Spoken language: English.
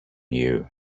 you